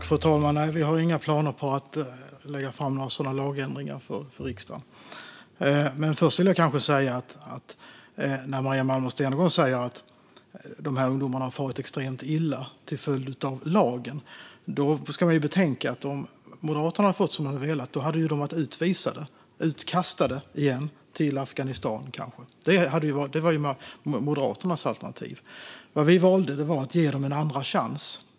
Fru talman! Nej, vi har inga planer på att lägga fram några sådana lagändringar för riksdagen. Maria Malmer Stenergard säger att ungdomarna har farit extremt illa till följd av lagen. Då ska man betänka att om Moderaterna hade fått som de velat hade ungdomarna varit utvisade och utkastade igen, kanske till Afghanistan. Det var Moderaternas alternativ. Vi valde att ge dem en andra chans.